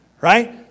right